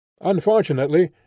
Unfortunately